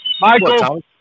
Michael